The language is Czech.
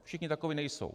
Všichni takoví nejsou.